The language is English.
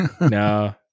No